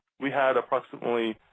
we had approximately